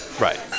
Right